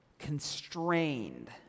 constrained